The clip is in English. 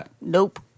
nope